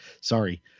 Sorry